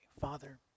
Father